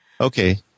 Okay